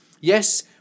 Yes